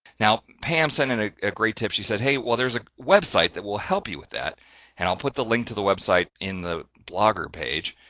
now pam sent in ah a great tip. she said. hey well there's a website that will help you with that and i'll put the link to the website in the blogger page